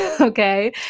okay